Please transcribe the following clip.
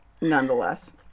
nonetheless